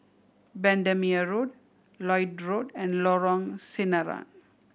Bendemeer Road Lloyd Road and Lorong Sinaran